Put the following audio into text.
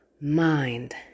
mind